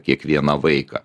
kiekvieną vaiką